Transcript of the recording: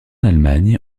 allemagne